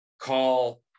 call